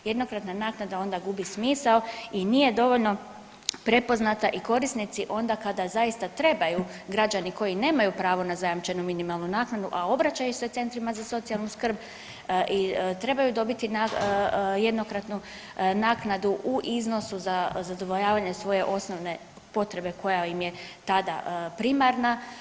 Jednokratna naknada onda gubi smisao i nije dovoljno prepoznata i korisnici onda kada zaista trebaju, građani koji nemaju pravo na zajamčenu minimalnu naknadu, a obraćaju se centrima za socijalnu skrb trebaju dobiti jednokratnu naknadu u iznosu za zadovoljavanje svoje osnovne potrebe koja im je tada primarna.